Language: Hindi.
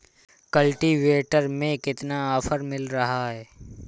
कल्टीवेटर में कितना ऑफर मिल रहा है?